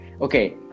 Okay